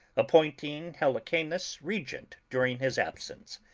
appointing helicanus re gent during his absence.